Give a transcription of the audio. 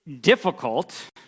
difficult